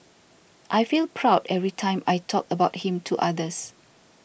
I feel proud every time I talk about him to others